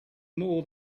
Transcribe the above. more